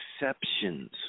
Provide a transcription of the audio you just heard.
exceptions